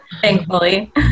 Thankfully